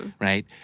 right